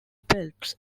belts